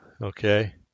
okay